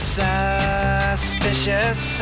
suspicious